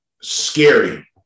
Scary